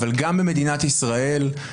אבל גם במדינת ישראל,